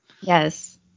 Yes